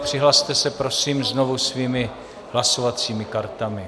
Přihlaste se, prosím, znovu svými hlasovacími kartami.